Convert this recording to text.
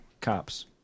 cops